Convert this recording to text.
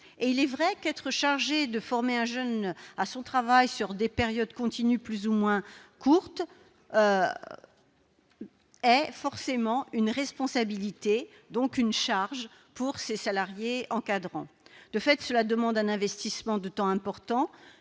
Il est vrai qu'être chargé de former un jeune à son travail sur des périodes continues plus ou moins courtes représente forcément une responsabilité, donc une charge. De fait, cela demande un investissement en temps important,